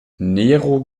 nero